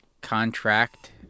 contract